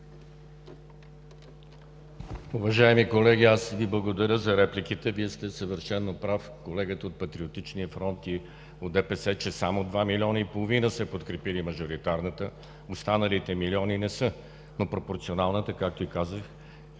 Уважаеми колеги, аз Ви благодаря за репликите. Вие сте съвършено прав – колегата от Патриотичния фронт, и от ДПС – че само два милиона и половина са подкрепили мажоритарната, останалите милиони не са. Но пропорционалната, както и тази,